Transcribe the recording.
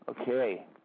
Okay